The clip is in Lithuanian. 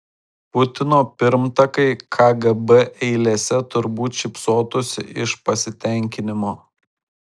putino pirmtakai kgb eilėse turbūt šypsotųsi iš pasitenkinimo